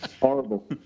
horrible